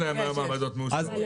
יש להם היום מעבדות מאושרות.